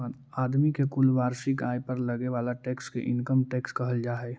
आदमी के कुल वार्षिक आय पर लगे वाला टैक्स के इनकम टैक्स कहल जा हई